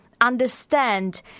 understand